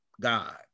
God